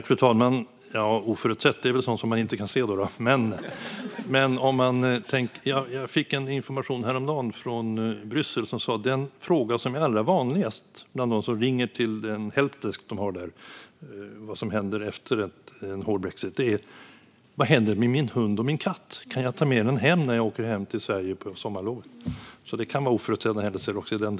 Fru talman! Oförutsett är väl sådant man inte kan se. Jag fick information häromdagen från Bryssel där det framgick att de vanligaste frågorna bland dem som ringer till den helpdesk som finns där om vad som händer efter en hård brexit är följande: Vad händer med min hund och min katt? Kan jag ta med dem hem när jag åker hem till Sverige på sommarlov? Det kan vara oförutsedda händelser också där!